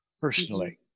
personally